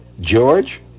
George